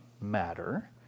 matter